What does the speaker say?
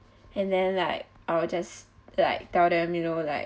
and then like I would just like tell them you know like